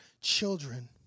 children